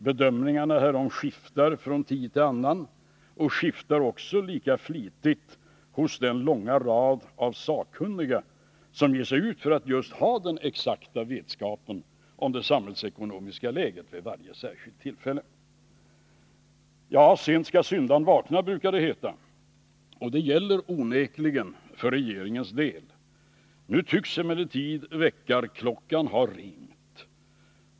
Bedömningarna härom skiftar från tid till annan, och de skiftar också lika flitigt hos den långa rad av sakkunniga som ger sig ut just för att ha den exakta vetskapen om det samhällsekonomiska läget vid varje särskilt tillfälle. Sent skall syndaren vakna, brukar det heta, och det gäller onekligen för regeringens del. Nu tycks emellertid väckarklockan ha ringt.